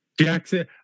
jackson